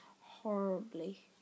Horribly